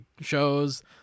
shows